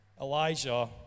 Elijah